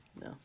No